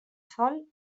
sol